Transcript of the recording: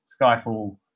Skyfall